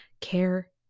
care